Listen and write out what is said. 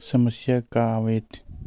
समस्या का आवे?